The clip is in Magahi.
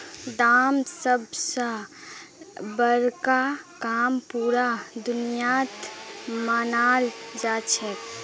दान सब स बड़का काम पूरा दुनियात मनाल जाछेक